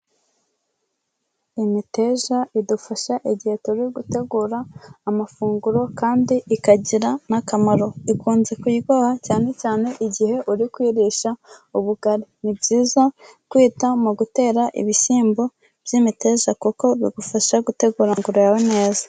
Imiteja idufasha igihe turi gutegura amafunguro kandi ikagira n'akamaro, ikunze kuryoha cyane cyane igihe uri kuyirisha ubugari, ni byiza kwita mu gutera ibishyimbo by'imiteja kuko bigufasha gutegura kureba neza.